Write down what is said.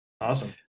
awesome